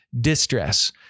distress